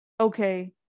okay